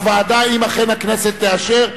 אם אכן הכנסת תאשר,